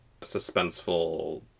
suspenseful